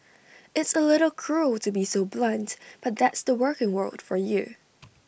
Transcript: it's A little cruel to be so blunt but that's the working world for you